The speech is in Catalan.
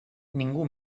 ningú